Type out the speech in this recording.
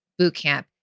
bootcamp